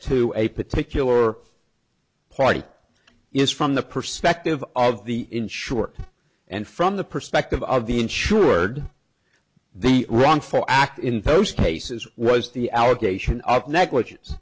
to a particular party is from the perspective of the insured and from the perspective of the insured the wrongful act in those cases was the allegation of negligen